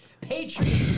Patriots